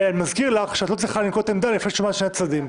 ואזכיר לך שאת לא צריכה לנקוט עמדה לפני שאת שומעת את שני הצדדים.